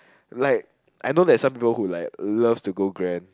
like I know there's some people who love to go grand